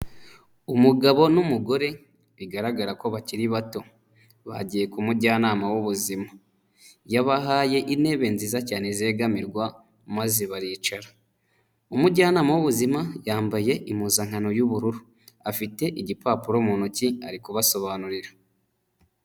Umugabo n'umugore bigaragara ko bakiri bato bagiye ku mujyanama w'ubuzima yabahaye intebe nziza cyane zegamirwa maze baricara, umujyanama w'ubuzima yambaye impuzankano y'ubururu, afite igipapuro mu ntoki ari kubasobanurira.